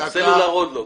סלולר עוד לא.